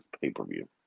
pay-per-view